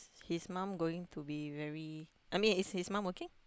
his mom going to be very I mean is his mom okay